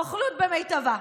נוכלות במיטבה.